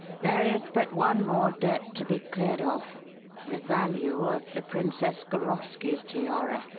there is but one more debt to be cleared off the value of the princess goroski's tiara.